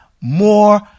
more